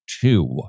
Two